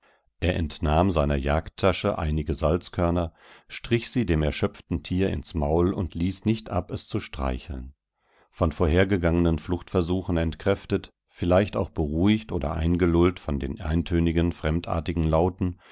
er entnahm seiner jagdtasche einige salzkörner strich sie dem erschöpften tier ins maul und ließ nicht ab es zu streicheln von vorhergegangenen fluchtversuchen entkräftet vielleicht auch beruhigt oder eingelullt von den eintönigen fremdartigen lauten